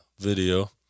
video